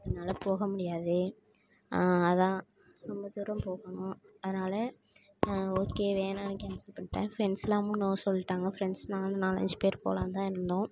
அதனால் போக முடியாது அதுதான் ரொம்ப தூரம் போகணும் அதனால் ஓகே வேணான்னு கேன்சல் பண்ணிவிட்டேன் ஃப்ரெண்ட்ஸ்லாமும் நோ சொல்லிட்டாங்க ஃப்ரெண்ட்ஸெலாம் வந்து நாலஞ்சு பேரு போகலான்னு தான் இருந்தோம்